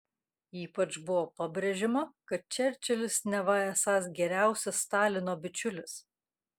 ypač buvo pabrėžiama kad čerčilis neva esąs geriausias stalino bičiulis